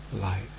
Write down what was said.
light